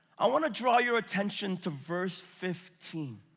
i wanna draw your attention to verse fifteen.